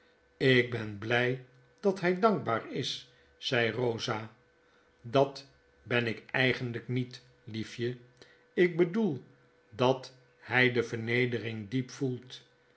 ik ben bljj dat hy dankbaar is zei eosa dat ben ik eigenlijk niet liefje ik bedoel dat by de vernederin'g diep gevoelt